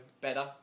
better